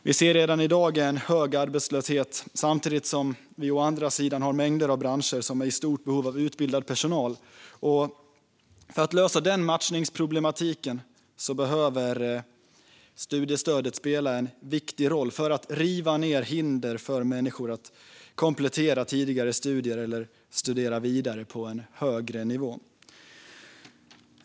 Vi ser redan i dag en hög arbetslöshet, samtidigt som vi å andra sidan har mängder av branscher som är i stort behov av utbildad personal. För att lösa den matchningsproblematiken har studiestödet en viktig roll att spela för att riva hinder för människor att komplettera tidigare studier eller studera vidare på en högre nivå.